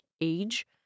age